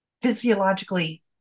Physiologically